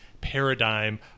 paradigm